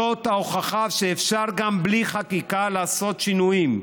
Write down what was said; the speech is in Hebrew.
זאת ההוכחה שאפשר גם בלי חקיקה לעשות שינויים.